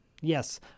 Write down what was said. Yes